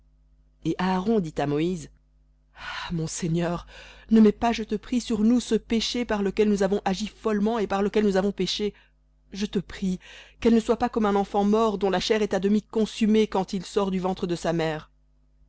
et aaron dit à moïse ah mon seigneur ne mets pas je te prie sur nous ce péché par lequel nous avons agi follement et par lequel nous avons péché je te prie qu'elle ne soit pas comme un mort dont la chair est à demi consumée quand il sort du ventre de sa mère